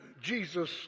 Jesus